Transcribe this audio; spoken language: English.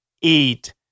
eat